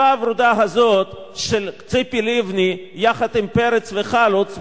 התקווה הוורודה הזאת של ציפי לבני יחד עם פרץ וחלוץ,